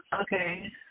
Okay